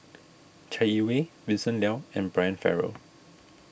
Chai Yee Wei Vincent Leow and Brian Farrell